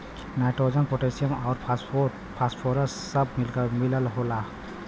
nitrogen potassium आउर phosphorus सब मिलल होला